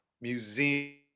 museum